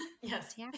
yes